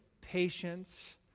patience